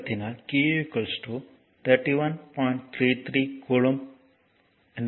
33 coulomb கிடைக்கும்